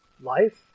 life